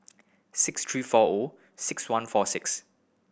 six three four O six one four six